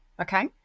okay